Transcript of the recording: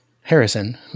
Harrison